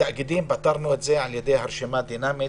בתאגידים פתרנו את זה על-ידי רשימה דינמית.